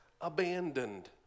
abandoned